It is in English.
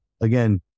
again